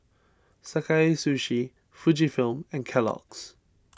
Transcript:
Sakae Sushi Fujifilm and Kellogg's